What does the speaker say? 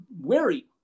wary